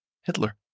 Hitler